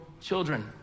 children